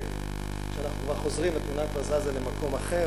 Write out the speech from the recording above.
כשאנחנו כבר חוזרים, התמונה כבר זזה למקום אחר,